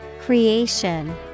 Creation